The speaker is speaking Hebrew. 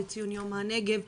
לציון יום הנגב.